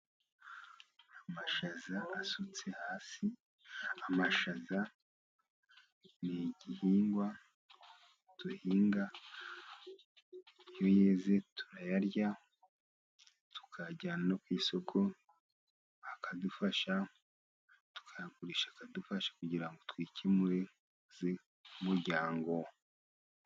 Amashaza asutse hasi. Amashaza ni igihingwa duhinga. Iyo yeze turayarya tukayajyana no ku isoko, akadufasha tukayagurisha akadufasha kugira ngo twikenuze nk'umuryango.